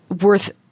worth